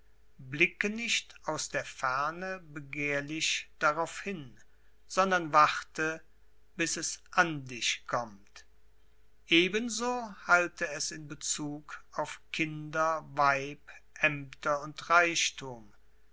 blicke nicht aus der ferne begehrlich darauf hin sondern warte bis es an dich kommt ebenso halte es in bezug auf kinder weib aemter und reichthum